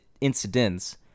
incidents